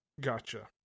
Gotcha